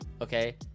okay